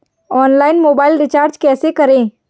Online mobile recharge कैसे करें?